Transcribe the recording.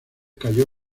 cayó